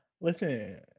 Listen